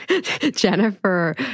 Jennifer